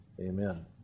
Amen